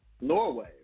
Norway